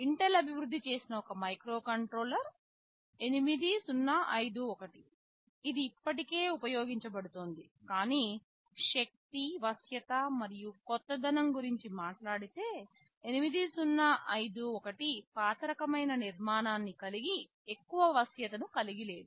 Intel అభివృద్ధి చేసిన ఒక మైక్రోకంట్రోలర్ 8051 ఇది ఇప్పటికీ ఉపయోగించబడుతోంది కానీ శక్తి వశ్యత మరియు కొత్తదనం గురించి మాట్లాడితే 8051 పాత రకమైన నిర్మాణాన్ని కలిగి ఎక్కువ వశ్యత ను కలిగి లేదు